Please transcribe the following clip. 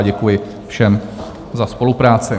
Děkuji všem za spolupráci.